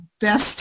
best